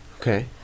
okay